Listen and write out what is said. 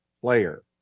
player